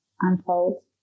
unfold